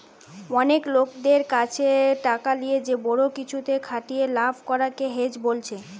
অনেক লোকদের কাছে টাকা লিয়ে যে বড়ো কিছুতে খাটিয়ে লাভ করা কে হেজ বোলছে